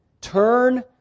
Turn